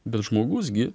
bet žmogus gi